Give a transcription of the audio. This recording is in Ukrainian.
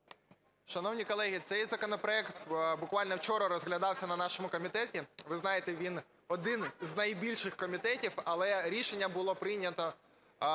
Шановні колеги, цей законопроект буквально вчора розглядався на нашому комітеті. Ви знаєте, він один з найбільших комітетів, але рішення було прийнято